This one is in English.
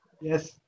Yes